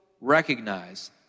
recognize